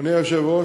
אדוני היושב-ראש,